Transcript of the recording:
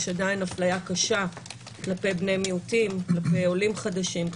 יש עדיין הפליה קשה כלפי בני מיעוטים ועולים חדשים,